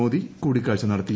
മോദി കൂടിക്കാഴ്ച നടത്തി